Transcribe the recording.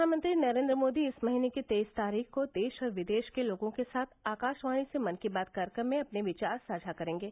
प्रधानमंत्री नरेन्द्र मोदी इस महीने की तेईस तारीख को देश और विदेश के लोगों के साथ आकाशवाणी से मन की बात कार्यक्रम में अपने विचार साझा करेंगे